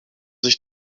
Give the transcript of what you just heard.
sich